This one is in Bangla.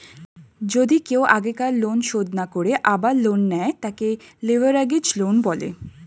যদি কেও আগেকার লোন শোধ না করে আবার লোন নেয়, তাকে লেভেরাগেজ লোন বলে